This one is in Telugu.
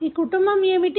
ఈ కుటుంబం ఏమిటి